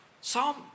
Psalm